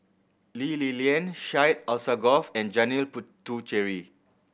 Lee Li Lian Syed Alsagoff and Janil Puthucheary